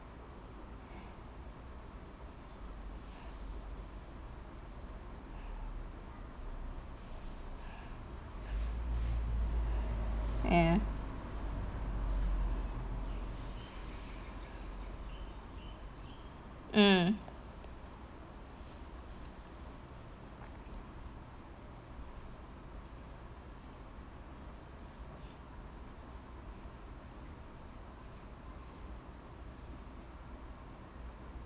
ya mm